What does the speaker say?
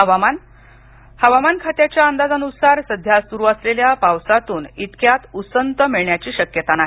हवामान हवामान खात्याच्या अंदाजानुसार सध्या सुरू असलेल्या पावसातून इतक्यात उसंत मिळण्याची शक्यता नाही